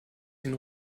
den